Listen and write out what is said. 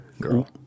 Girl